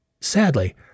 Sadly